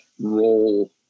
role